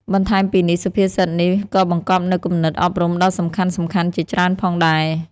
បន្ថែមពីនេះ សុភាសិតនេះក៏បង្កប់នូវគំនិតអប់រំដ៏សំខាន់ៗជាច្រើនផងដែរ។